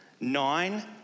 Nine